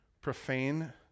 profane